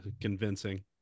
convincing